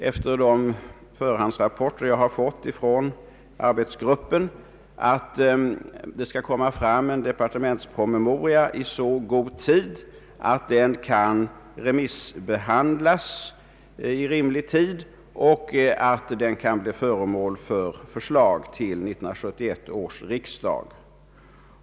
Efter de förhandsrapporter jag har fått från arbetsgruppen är det min förhoppning att det skall komma fram en departementspromemoria i så god tid att den kan remissbehandlas i rimlig tid och utgöra underlag för ett förslag till 1971 års riksdag.